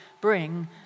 bring